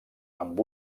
amb